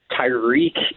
Tyreek